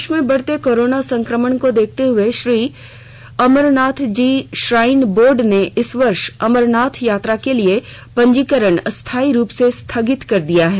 देश में बढते कोरोना संक्रमण को देखते हुए श्री अमरनाथजी श्राइन बोर्ड ने इस वर्ष की अमरनाथ यात्रा के लिए पंजीकरण अस्थायी रूप से स्थगित कर दिया है